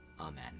Amen